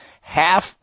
half